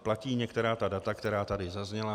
Platí některá ta data, která tady zazněla.